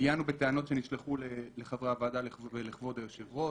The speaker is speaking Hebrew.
עיינו בטענות שנשלחו לחברי הוועדה ולכבוד היושב ראש.